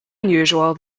unusual